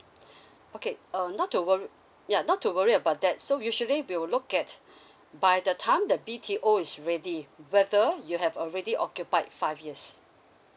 okay um not to wor~ ya not to worry about that so usually we will look at by the time the B T O is ready whether you have already occupied five years